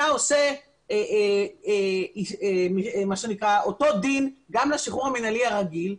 אתה עושה מה שנקרא אותו דין גם לשחרור המנהלי הרגיל,